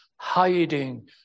Hiding